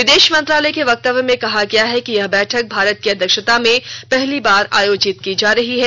विदेश मंत्रालय के वक्तव्य में कहा गया है कि यह बैठक भारत की अध्यक्षता में पहली बार आयोजित की जा रही है